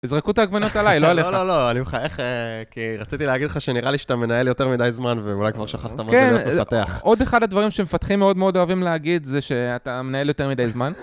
יזרקו את העגבניות עליי, לא עליך. לא, לא, לא, אני מחייך כי רציתי להגיד לך שנראה לי שאתה מנהל יותר מדי זמן ואולי כבר שכחת מה זה להיות מפתח. עוד אחד הדברים שמפתחים מאוד מאוד אוהבים להגיד זה שאתה מנהל יותר מדי זמן.